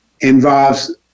involves